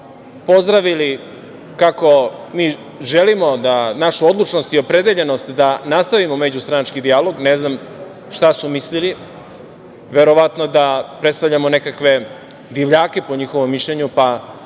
pozdravili, kako mi želimo da, našu odlučnost i opredeljenost da nastavimo međustranački dijalog, ne znam šta su mislili, verovatno da predstavljamo nekakve divljake, po njihovom mišljenju, pa